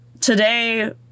today